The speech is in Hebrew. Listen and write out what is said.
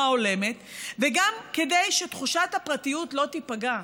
הולמת וגם כדי שתחושת הפרטיות לא תיפגע.